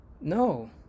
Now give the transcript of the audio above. no